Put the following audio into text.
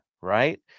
Right